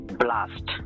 blast